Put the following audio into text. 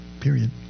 Period